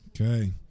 Okay